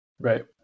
Right